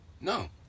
No